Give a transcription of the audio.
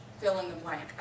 fill-in-the-blank